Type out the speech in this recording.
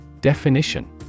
Definition